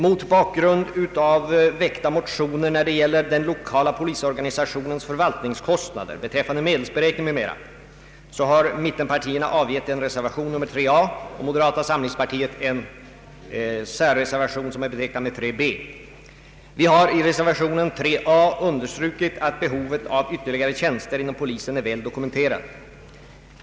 Mot bakgrund av väckta motioner när det gäller den lokala polisorganisationens förvaltningskostnader, beträffande medelsberäkning m.m., så har mittenpartierna avgett en reservation och moderata samlingspartiet en särreservation. Vi har i reservationen a vid punkten 9 understrukit att behovet av ytterligare tjänster inom polisen är väl dokumenterat.